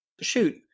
Shoot